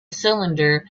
cylinder